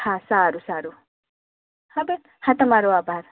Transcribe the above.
હા સારું સારું હા બસ હા તમારો આભાર